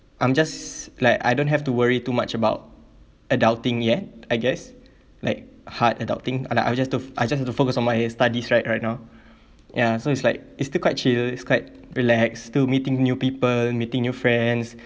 I'm just like I don't have to worry too much about adulting yet I guess like hard adulting uh like I've just to I've just to focus on my studies right right now ya so it's like it's still quite chill it's quite relax to meeting new people meeting new friends